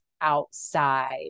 outside